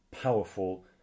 powerful